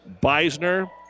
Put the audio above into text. Beisner